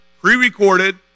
pre-recorded